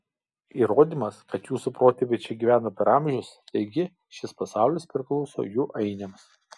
įrodymas kad jūsų protėviai čia gyveno per amžius taigi šis pasaulis priklauso jų ainiams